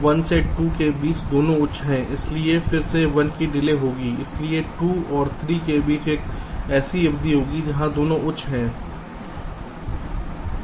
तो 1 से 2 के बीच दोनों उच्च हैं इसलिए फिर से 1 की डिले होगी इसलिए 2 और 3 के बीच एक ऐसी अवधि होगी जहां दोनों उच्च हैं